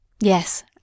Yes